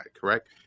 correct